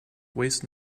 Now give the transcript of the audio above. waste